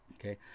Okay